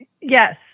yes